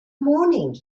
morning